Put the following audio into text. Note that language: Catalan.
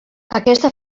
aquesta